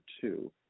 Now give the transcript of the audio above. two